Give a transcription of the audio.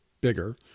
bigger